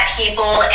people